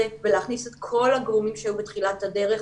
ולהכניס את כל הגורמים שהיו בתחילת הדרך,